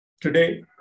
Today